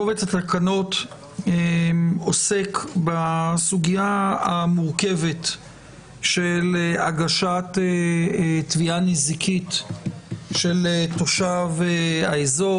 קובץ התקנות עוסק בסוגיה המורכבת של הגשת תביעה נזיקית של תושב האזור